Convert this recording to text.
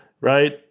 right